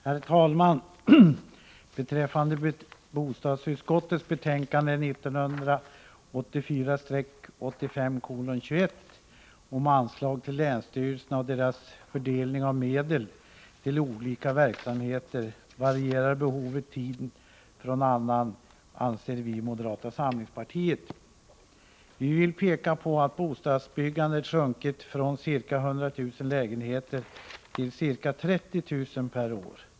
Herr talman! Beträffande anslag till länsstyrelserna och dessas fördelning av medel till olika verksamheter, som behandlas i bostadsutskottets betänkande 1984/85:21, anser vi i moderata samlingspartiet att behoven varierar från tid till annan. Vi vill peka på att bostadsbyggandet har sjunkit från ca 100 000 lägenheter per år till ca 30 000.